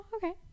Okay